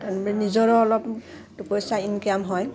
তাৰে নিজৰো অলপ পইচা ইনকাম হয়